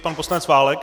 Pan poslanec Válek.